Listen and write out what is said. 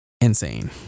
insane